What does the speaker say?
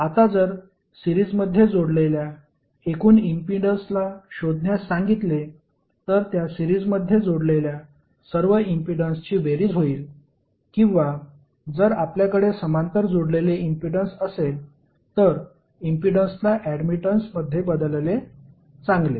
आता जर सिरीजमध्ये जोडलेल्या एकूण इम्पीडन्सला शोधण्यास सांगितले तर त्या सिरीजमध्ये जोडलेल्या सर्व इम्पीडन्सची बेरीज होईल किंवा जर आपल्याकडे समांतर जोडलेले इम्पीडन्स असेल तर इम्पीडन्सला ऍडमिटन्स मध्ये बदललेले चांगले